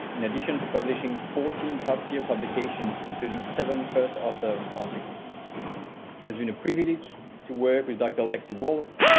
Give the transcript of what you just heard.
in addition to publishing fourteen top tier publications, including seven first author articles. it has been a privilege to work with dr. lexi walls,